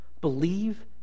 Believe